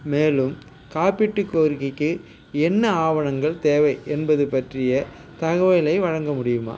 மேலும் காப்பீட்டு கோரிக்கைக்கு என்ன ஆவணங்கள் தேவை என்பதுப் பற்றிய தகவலை வழங்க முடியுமா